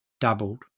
doubled